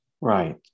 Right